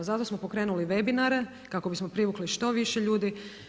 Zato smo pokrenuli webinare kako bismo privukli što više ljudi.